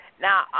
Now